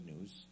news